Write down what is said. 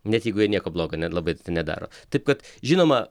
net jeigu jie nieko blogo net labai nedaro taip kad žinoma